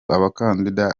abakandida